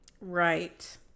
right